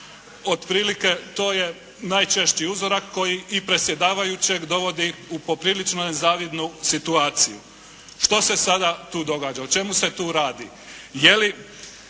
Otprilike to je najčešći uzorak koji i predsjedavajućeg dovodi u popriličnu nezavidnu situaciju. Što se sada tu događa? O čemu se tu radi?